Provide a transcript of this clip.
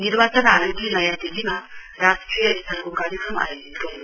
निर्वाचन आयोगले नयाँ दिल्लीमा राष्ट्रिय स्तरको कार्यक्रम आयोजित गर्यो